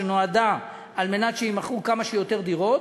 שבאה על מנת שיימכרו כמה שיותר דירות,